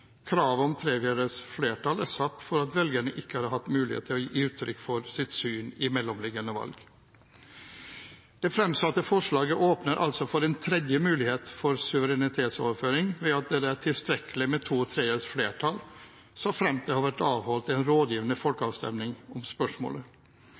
Kravet om tre fjerdedels flertall er satt for at velgerne ikke har hatt mulighet for å gi uttrykk for sitt syn i et mellomliggende valg. Det fremsatte forslaget åpner altså for en tredje mulighet for suverenitetsoverføring ved at det er tilstrekkelig med to tredjedels flertall såfremt det har vært avholdt en rådgivende